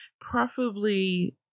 Preferably